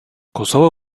kosova